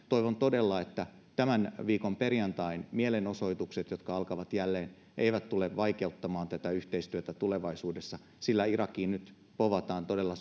toivon todella että tämän viikon perjantain mielenosoitukset jotka alkavat jälleen eivät tule vaikeuttamaan tätä yhteistyötä tulevaisuudessa irakiin nyt povataan todella